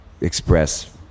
express